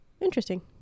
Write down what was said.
Interesting